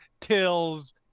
Till's